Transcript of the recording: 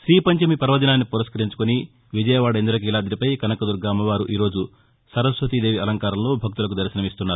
శ్రీ పంచమి పర్వదినాన్ని పురస్కరించుకుని విజయవాడ ఇంద్రకీలాదిపై కనకదుద్ద అమ్మవారు ఈ రోజు సరస్వతీదేవి అలంకారంలో భక్తులకు దర్భనమిస్తున్నారు